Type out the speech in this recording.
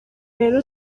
rero